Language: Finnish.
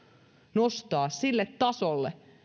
nostaa sille tasolle